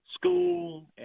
school